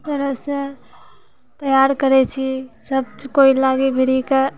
तरहसँ तैयार करै छी सभ कोइ लागि भिड़िके